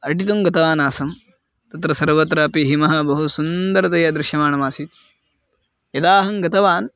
अटितुं गतवान् आसम् तत्र सर्वत्रापि हिमः बहु सुन्दरतया दृश्यमाणमासीत् यदा अहं गतवान्